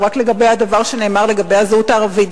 רק לגבי הדבר שנאמר על הזהות הערבית,